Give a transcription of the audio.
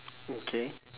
okay